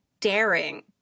daring